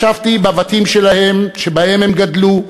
ישבתי בבתים שלהם, שבהם הם גדלו,